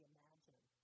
Imagine